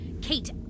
Kate